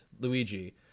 Luigi